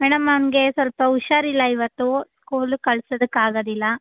madam ಅವನಿಗೆ ಸ್ವಲ್ಪ ಹುಷಾರಿಲ್ಲ ಇವತ್ತು ಸ್ಕೂಲ್ಗೆ ಕಳ್ಸೊದಕ್ಕಾಗೋದಿಲ್ಲ